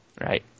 Right